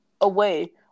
away